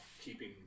keeping